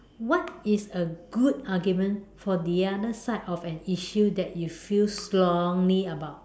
what is a good argument for the other side of an issue that you feel strongly about